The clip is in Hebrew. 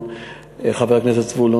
חבר הכנסת זבולון,